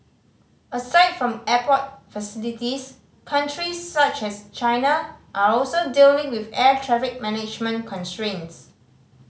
aside from airport facilities countries such as China are also dealing with air traffic management constraints